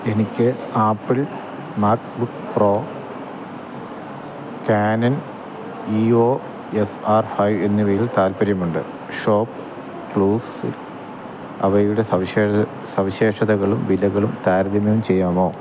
എനിക്ക് Apple MacBook Pro Canon E O S R five എന്നിവയിൽ താൽപ്പര്യമുണ്ട് ഷോപ്പ്ക്ലൂസിൽ അവയുടെ സവിശേയ് സവിശേഷതകളും വിലകളും താരതമ്യം ചെയ്യാമോ